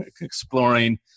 exploring